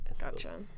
Gotcha